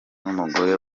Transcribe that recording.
n’umugore